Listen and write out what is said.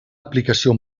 aplicació